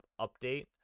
update